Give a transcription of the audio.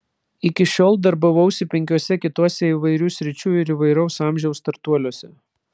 iki šiol darbavausi penkiuose kituose įvairių sričių ir įvairaus amžiaus startuoliuose